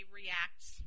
reacts